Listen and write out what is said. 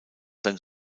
sein